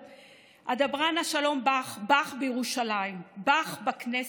"אדברה נא שלום בך": "בך" בירושלים, "בך" בכנסת.